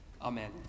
Amen